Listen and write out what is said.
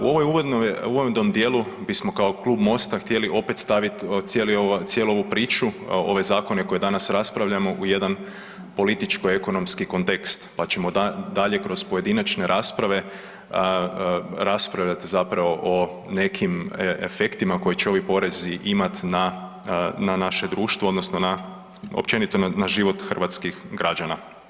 U ovom uvodnom dijelu bismo kao Klub Mosta htjeli opet staviti cijelu ovu priču, ove zakone koje danas raspravljamo, u jedan političko-ekonomski kontekst pa ćemo dalje kroz pojedinačne rasprave raspravljati zapravo o nekim efektima koje će ovi porezi imati na naše društvo, odnosno na općenito na život hrvatskih građana.